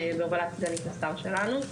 בהובלת סגנית השר שלנו.